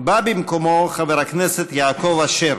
בא במקומו חבר הכנסת יעקב אשר.